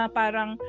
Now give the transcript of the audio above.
parang